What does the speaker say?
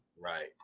right